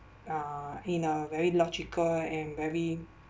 uh in a very logical and very